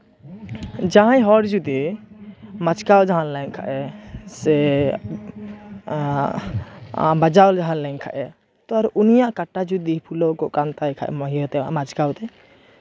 ᱡᱟᱦᱟᱸᱭ ᱦᱚᱲ ᱡᱩᱫᱤ ᱢᱟᱪᱠᱟᱣ ᱡᱟᱦᱟᱱ ᱞᱮᱱ ᱠᱷᱟᱡ ᱮ ᱥᱮ ᱵᱟᱡᱟᱣ ᱡᱟᱦᱟᱱ ᱞᱮᱱ ᱠᱷᱟᱡ ᱮ ᱛᱚ ᱩᱱᱤᱭᱟᱜ ᱠᱟᱴᱟ ᱡᱩᱫᱤ ᱯᱷᱩᱞᱟᱹᱣ ᱠᱚᱜ ᱠᱟᱱ ᱛᱟᱭ ᱠᱷᱟᱡ ᱢᱟ ᱤᱭᱟᱹ ᱛᱮ ᱢᱟᱪᱠᱟᱣ ᱛᱮ